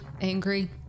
angry